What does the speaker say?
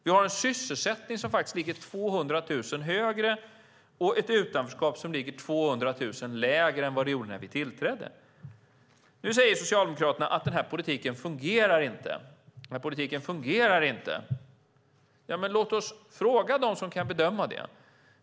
Vi har en ökning av sysselsättningen med 200 000 personer och en minskning av utanförskapet med 200 000 personer jämfört med när vi tillträdde. Nu säger Socialdemokraterna att den här politiken inte fungerar. Låt oss då fråga dem som kan bedöma det.